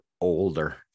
older